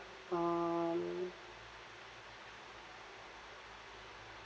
um